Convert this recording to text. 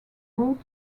route